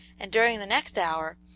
and during the next hour,